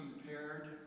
compared